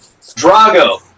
Drago